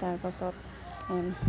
তাৰপাছত এই